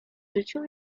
życiu